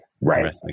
right